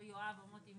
יואב או מוטי,